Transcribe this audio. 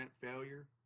failure